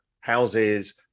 houses